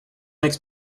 makes